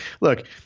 Look